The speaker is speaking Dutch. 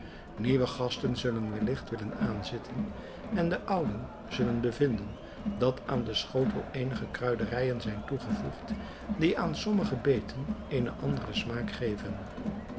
nieuwe gasten zullen wellicht willen aanzitten en de ouden zullen bevinden dat aan den schotel eenige kruiderijen zijn toegevoegd die aan sommige beten eenen anderen smaak geven